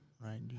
right